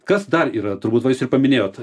kas dar yra turbūt va jūs ir paminėjot